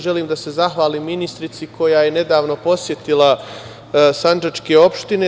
Želim da se zahvalim ministrici koja je nedavno posetila sandžačke opštine.